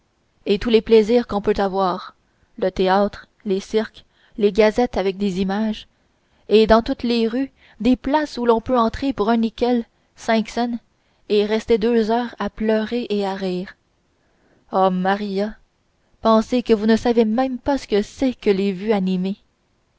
et tous les plaisirs qu'on peut avoir le théâtre les cirques les gazettes avec des images et dans toutes les rues des places où l'on peut entrer pour un nickel cinq cents et rester deux heures à pleurer et à rire oh maria penser que vous ne savez même pas ce que c'est que les vues animées